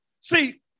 See